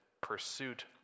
pursuit